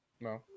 No